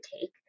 take